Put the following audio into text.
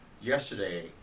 Yesterday